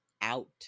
out